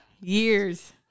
Years